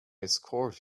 escort